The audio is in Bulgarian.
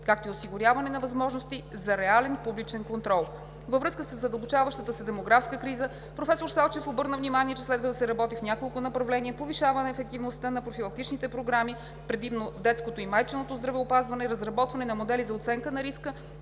както и осигуряване на възможности за реален публичен контрол. Във връзка със задълбочаващата се демографска криза професор Салчев обърна внимание, че следва да се работи в няколко направления – повишаване ефективността на профилактичните програми, предимно в детското и майчиното здравеопазване; разработване на модели за оценка на риска